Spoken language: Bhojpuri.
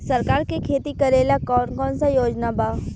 सरकार के खेती करेला कौन कौनसा योजना बा?